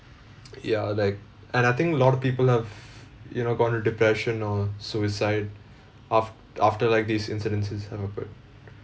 ya like and I think a lot of people have you know gotten depression or suicide aft~ after like these incidences have occurred